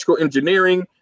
engineering